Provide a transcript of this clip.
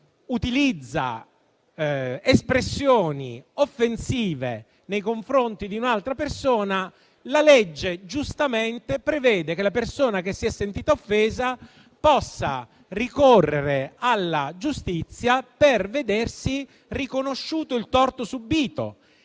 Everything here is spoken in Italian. utilizza espressioni offensive nei confronti di un'altra persona, la legge giustamente prevede che la persona che si è sentita offesa possa ricorrere alla giustizia per vedersi riconosciuto il torto subito